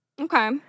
Okay